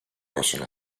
possono